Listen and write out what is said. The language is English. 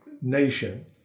nation